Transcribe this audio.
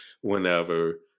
whenever